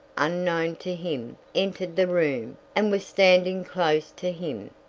unknown to him, entered the room, and was standing close to him.